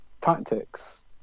tactics